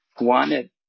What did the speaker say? wanted